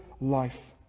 life